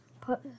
put